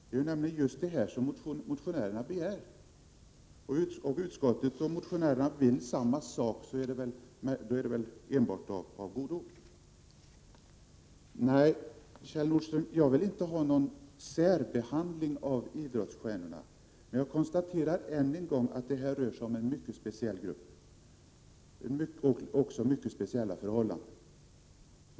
Det är nämligen detsamma som det som motionärerna begär. Om utskottet och motionärerna vill detsamma, är det väl enbart av godo. Nej, Kjell Nordström, jag vill inte ha någon särbehandling av idrottsstjärnorna, men jag konstaterar än en gång att det här rör sig om en mycket speciell grupp och även om mycket speciella förhållanden.